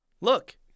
look